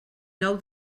nou